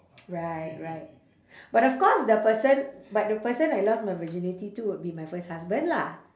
right right but of course the person but the person I lost my virginity to would be my first husband lah